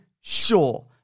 sure